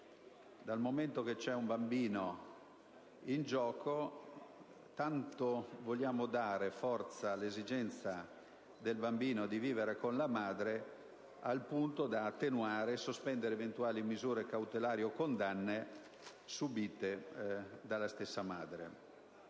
dal momento che c'è un bambino in gioco, ne tuteli l'esigenza di vivere con la madre, al punto da attenuare e sospendere eventuali misure cautelari o condanne subite dalla stessa.